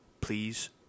Please